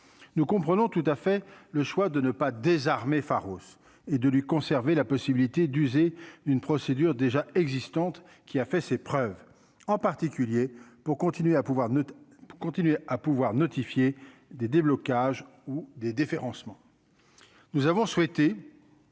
nous comprenons tout à fait le choix de ne pas désarmer Pharos et de lui conserver la possibilité d'user d'une procédure déjà existantes qui a fait ses preuves en particulier pour continuer à pouvoir pour continuer à pouvoir notifié des déblocages ou des différences ment,